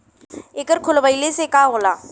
एकर खोलवाइले से का होला?